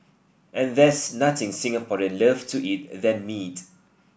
and there's nothing Singaporean love to eat than meat